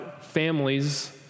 families